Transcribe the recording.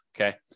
okay